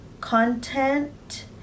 content